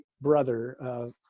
brother